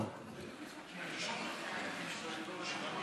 אדוני היושב-ראש,